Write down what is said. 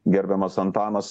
gerbiamas antanas